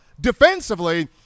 defensively